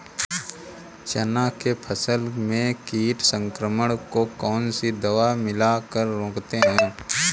चना के फसल में कीट संक्रमण को कौन सी दवा मिला कर रोकते हैं?